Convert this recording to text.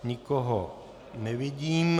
Nikoho nevidím.